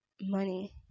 money